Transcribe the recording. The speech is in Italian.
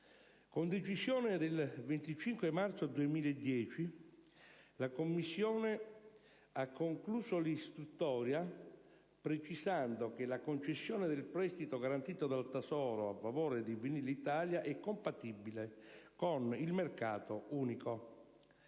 Con decisione del 25 marzo 2010, la commissione UE ha concluso l'istruttoria precisando che la concessione del prestito garantito dal Tesoro a favore di Vinyls Italia spa è compatibile con il mercato unico.